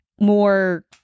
more